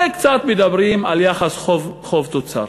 וקצת מדברים על יחס חוב תוצר.